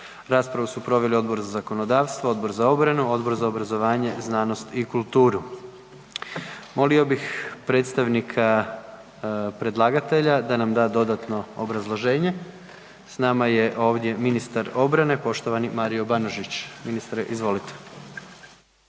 Raspravu su proveli Odbor za zakonodavstvo, Odbor za obranu, Odbor za obrazovanje, znanost i kulturu. Molio bih predstavnika predlagatelja da na da dodatno obrazloženje. S nama je ovdje ministar obrane, poštovani Mario Banožić. Ministre, izvolite.